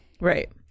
Right